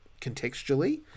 contextually